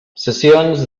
cessions